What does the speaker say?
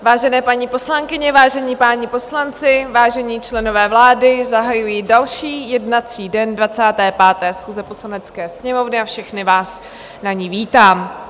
Vážené paní poslankyně, vážení páni poslanci, vážení členové vlády, zahajuji další jednací den 25. schůze Poslanecké sněmovny a všechny vás na ní vítám.